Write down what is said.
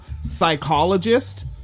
psychologist